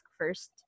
first